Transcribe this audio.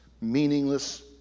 meaningless